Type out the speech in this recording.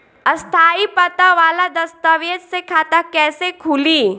स्थायी पता वाला दस्तावेज़ से खाता कैसे खुली?